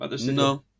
No